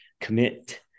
commit